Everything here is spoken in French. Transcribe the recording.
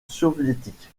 soviétique